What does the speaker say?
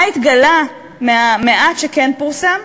מה התגלה מהמעט שכן פורסם?